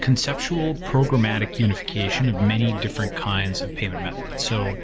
conceptual programmatic unification of many different kinds of payment methods. so